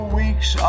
weeks